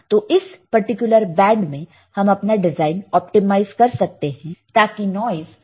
तो इस particular band में हम अपना डिजाइन ऑप्टिमाइज कर सकते हैं ताकि नॉइस कम से कम हो